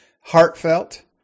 heartfelt